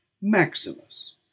maximus